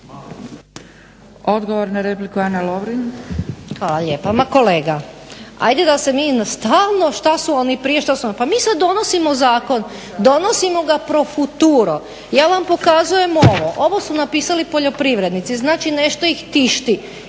Lovrin. **Lovrin, Ana (HDZ)** Hvala lijepo. Ma kolega, ajde da se mi stalno šta su oni prije, šta su oni, pa mi sad donosimo zakon, donosimo ga pro futuro. Ja vam pokazujem ovo, ovo su napisali poljoprivrednici, znači nešto ih tišti